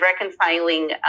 reconciling